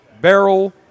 Barrel